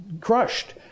crushed